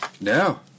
No